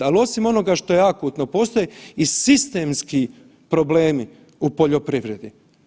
Ali osim onoga što je akutno postoje i sistemski problemi u poljoprivredi.